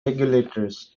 regulators